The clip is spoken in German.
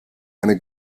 eine